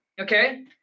Okay